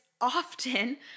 often